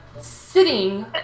Sitting